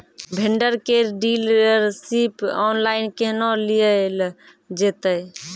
Vendor केर dealership online केहनो लियल जेतै?